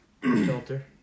Filter